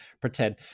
pretend